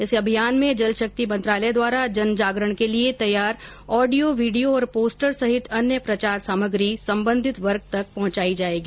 इस अभियान में जल शक्ति मंत्रालय द्वारा जनजागरण के लिए तैयार ऑडियो वीडियो और पोस्टर सहित अन्य प्रचार सामग्री सम्बन्धित वर्ग तक पहुंचाई जाएगी